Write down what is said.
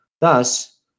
Thus